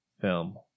film